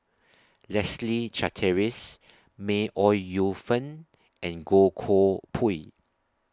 Leslie Charteris May Ooi Yu Fen and Goh Koh Pui